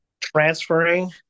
transferring